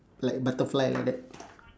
like butterfly like that